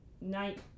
night